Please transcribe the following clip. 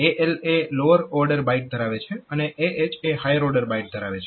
AL એ lower order byte ધરાવે છે અને AH એ હાયર ઓર્ડર બાઈટ ધરાવે છે